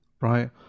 right